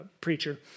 preacher